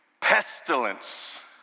pestilence